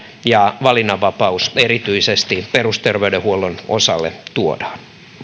ja valinnanvapaus erityisesti perusterveydenhuollon osalle tuodaan